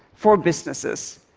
for businesses,